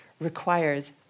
requires